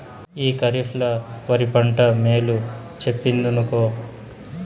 ఈ కరీఫ్ ల ఒరి పంట మేలు చెప్పిందినుకో